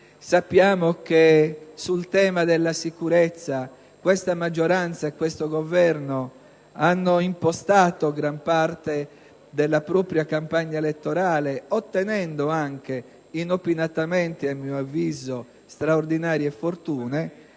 sappiamo che sul tema della sicurezza questa maggioranza e questo Governo hanno impostato gran parte della propria campagna elettorale, ottenendo anche, a mio avviso inopinatamente, straordinarie fortune.